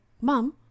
Mom